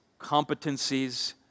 competencies